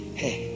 hey